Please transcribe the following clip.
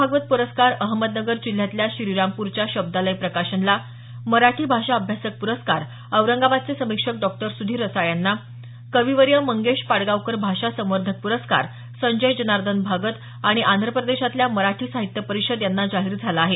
भागवत पूरस्कार अहमदनगर जिल्ह्यातल्या श्रीरामपूरच्या शब्दालय प्रकाशनला मराठी भाषा अभ्यासक प्रस्कार औरंगाबादचे समीक्षक डॉक्टर सुधीर रसाळ यांना कविवर्य मंगेश पाडगावकर भाषा संवर्धक प्रस्कार संजय जनार्दन भगत आणि आंध्र प्रदेशातल्या मराठी साहित्य परिषद यांना जाहीर झाला आहे